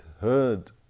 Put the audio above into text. heard